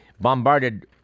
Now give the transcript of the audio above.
bombarded